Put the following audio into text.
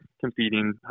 competing